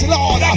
Lord